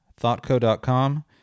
ThoughtCo.com